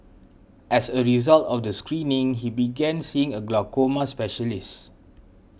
as a result of the screening he began seeing a glaucoma specialist